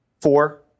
four